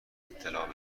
اطلاع